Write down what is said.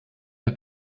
app